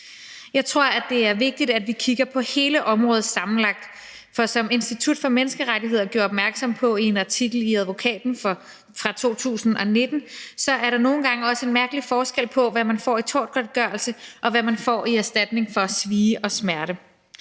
Jeg tror, at det er vigtigt, at vi kigger på hele området sammenlagt. Og som Institut for Menneskerettigheder gjorde opmærksom på i en artikel i Advokaten fra 2019, er der også nogle gange en mærkelig forskel på, hvad man får i tortgodtgørelse, og hvad man får i erstatning for svie og smerte.